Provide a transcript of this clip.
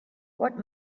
what